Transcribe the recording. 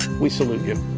we salute you.